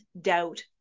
Doubt